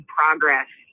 progress